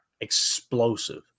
Explosive